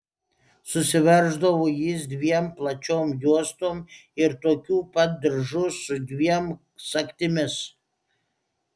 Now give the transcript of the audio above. susiverždavo jis dviem plačiom juostom ir tokiu pat diržu su dviem sagtimis